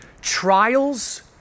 Trials